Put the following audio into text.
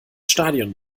stadion